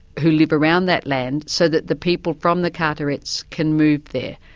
who live around that land, so that the people from the carterets can move there.